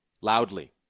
loudly